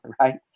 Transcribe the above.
right